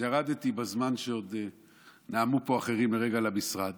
אז ירדתי בזמן שעוד נאמו פה אחרים לרגע למשרד